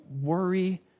worry